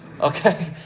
Okay